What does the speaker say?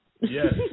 Yes